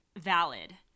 Valid